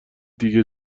دیگه